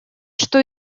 что